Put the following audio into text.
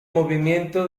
movimiento